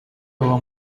baba